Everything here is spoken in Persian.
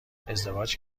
ازدواج